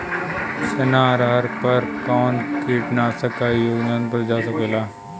चना अरहर पर कवन कीटनाशक क प्रयोग कर जा सकेला?